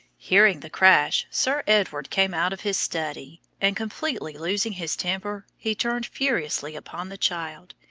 hearing the crash, sir edward came out of his study, and completely losing his temper, he turned furiously upon the child,